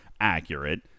accurate